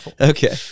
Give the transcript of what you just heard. Okay